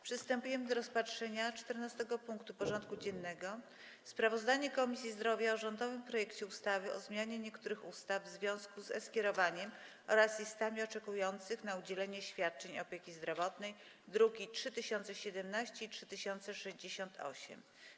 Przystępujemy do rozpatrzenia punktu 14. porządku dziennego: Sprawozdanie Komisji Zdrowia o rządowym projekcie ustawy o zmianie niektórych ustaw w związku z e-skierowaniem oraz listami oczekujących na udzielenie świadczenia opieki zdrowotnej (druki nr 3017 i 3068)